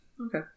Okay